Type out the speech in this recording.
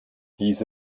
hieß